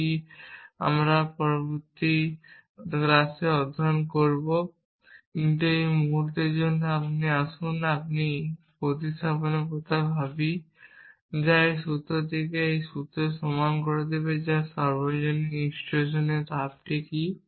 যেটি আমরা পরবর্তী ক্লাসে অধ্যয়ন করব কিন্তু এই মুহুর্তের জন্য আসুন এটি একটি প্রতিস্থাপনের কথা ভাবি যা এই সূত্রটিকে এই সূত্রের সমান করে দেবে যা সর্বজনীন ইনস্ট্যান্টিয়েশন ধাপ কি